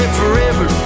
forever